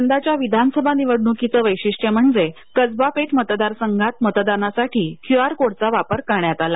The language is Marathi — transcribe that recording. यंदाच्या विधानसभा निवडणूकीचे वैशिष्ट्य म्हणजे कसबा पेठ मतदारसंघात मतदानासाठी क्यूआर कोडचा वापर करण्यात आला